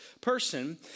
person